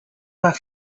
mar